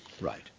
Right